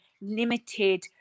limited